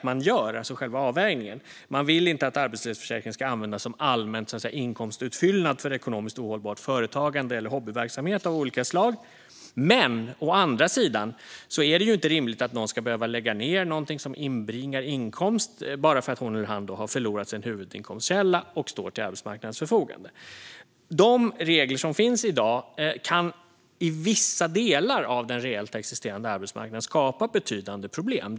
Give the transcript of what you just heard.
Man vill inte att arbetslöshetsförsäkringen ska användas som allmän inkomstutfyllnad för ekonomiskt ohållbart företagande eller hobbyverksamheter av olika slag. Å andra sidan är det inte rimligt att någon ska behöva lägga ned någonting som inbringar inkomst bara för att hon eller han har förlorat sin huvudinkomstkälla och står till arbetsmarknadens förfogande. De regler som finns i dag kan på vissa delar av den reellt existerande arbetsmarknaden skapa betydande problem.